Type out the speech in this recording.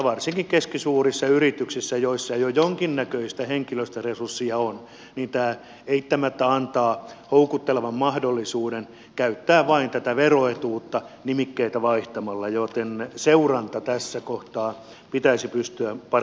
varsinkin keskisuurissa yrityksissä joissa jo jonkinnäköistä henkilöstöresurssia on tämä eittämättä antaa houkuttelevan mahdollisuuden käyttää vain tätä veroetuutta nimikkeitä vaihtamalla joten seuranta tässä kohtaa pitäisi pystyä paremmin järjestämään